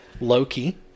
loki